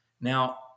Now